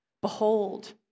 Behold